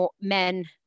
men